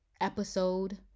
episode